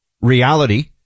reality